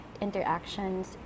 interactions